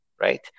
right